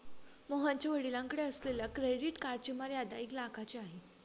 मोहनच्या वडिलांकडे असलेल्या क्रेडिट कार्डची मर्यादा एक लाखाची आहे